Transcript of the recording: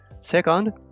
Second